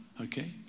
okay